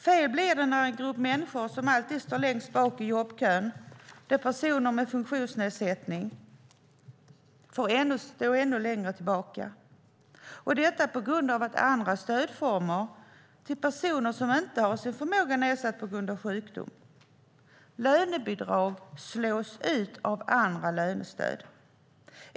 Fel blir det när en grupp människor som alltid står längst bak i jobbkön, personer med funktionsnedsättning, får stå tillbaka ännu mer på grund av andra stödformer till personer som inte har sin förmåga nedsatt på grund av sjukdom. Lönebidrag slås ut av andra lönestöd.